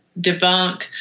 debunk